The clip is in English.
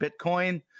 bitcoin